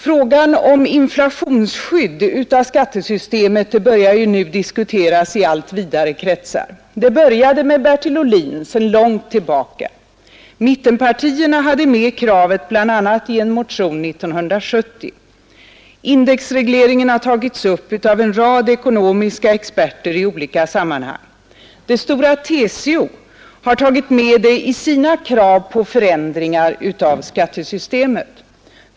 Frågan om inflationsskydd av skattesystemet börjar nu diskuteras i allt vidare kretsar. Det började för länge sedan med Bertil Ohlin. Mittenpartierna hade med kravet bl.a. i en motion 1970. Indexregleringen har tagits upp av en rad ekonomiska experter i olika sammanhang. Det stora TCO har tagit med det i sina krav på förändringar av skattesystemet.